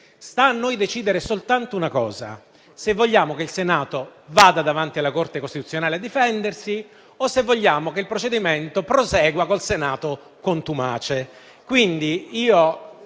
Sta a noi decidere se vogliamo che il Senato vada davanti alla Corte costituzionale a difendersi o se vogliamo che il procedimento prosegua con il Senato contumace.